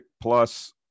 plus